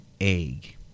egg